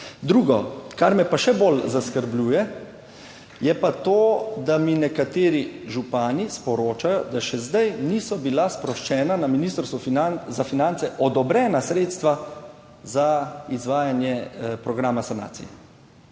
Drugo, kar me pa še bolj skrbi je pa to, da mi nekateri župani sporočajo, da še zdaj niso bila sproščena na Ministrstvu za finance odobrena sredstva za izvajanje programa sanacije.